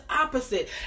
opposite